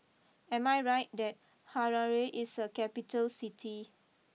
am I right that Harare is a capital City